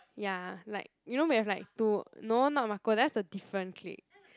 ya like you know we have like two no not Marco that is the different clique